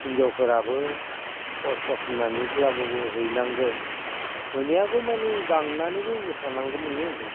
हिनजावफोराबो खस्थ' खालामनानैब्लाबो हैनांगोन मोनहैआगौमानि गांनानैबो थानांगोन नोङो